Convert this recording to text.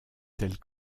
telles